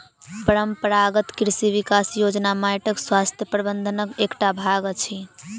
परंपरागत कृषि विकास योजना माइटक स्वास्थ्य प्रबंधनक एकटा भाग अछि